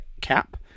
cap